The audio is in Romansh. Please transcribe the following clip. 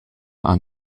han